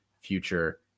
future